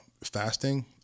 fasting